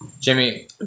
Jimmy